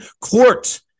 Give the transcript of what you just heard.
court